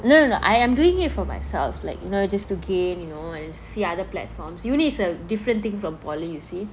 no no I am doing it for myself like you know just to gain you know and to see other platforms uni is a different thing from poly you see